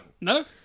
no